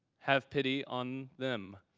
have pity on them.